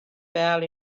fell